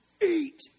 Eat